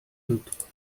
minuto